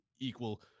equal